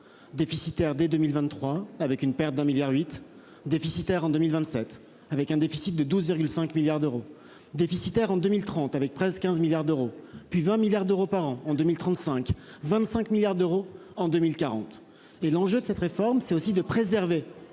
Déficitaire dès 2023 avec une perte d'un milliard 8 déficitaire en 2027 avec un déficit de 12,5 milliards d'euros déficitaire en 2030, avec presque 15 milliards d'euros, puis 20 milliards d'euros par an en 2035, 25 milliards d'euros en 2040 et l'enjeu de cette réforme, c'est aussi de préserver